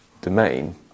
domain